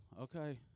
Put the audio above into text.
Okay